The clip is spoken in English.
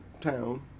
town